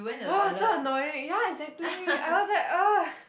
ah so annoying ya exactly I was like !ugh!